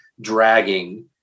dragging